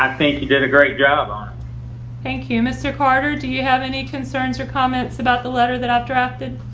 i think you did a great job. um thank you. mr. carter. do you have any concerns or comments about the letter that i've drafted?